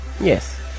Yes